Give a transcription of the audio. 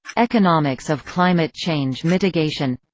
economics of climate change mitigation